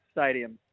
stadium